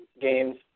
games